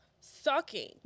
sucking